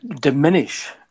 diminish